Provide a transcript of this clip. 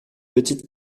petites